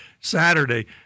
Saturday